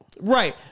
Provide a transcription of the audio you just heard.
Right